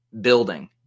building